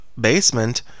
basement